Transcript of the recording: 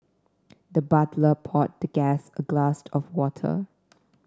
the butler poured the guest a glass of water